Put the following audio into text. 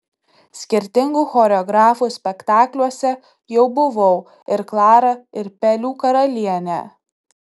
skirtingų choreografų spektakliuose jau buvau ir klara ir pelių karalienė